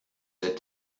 der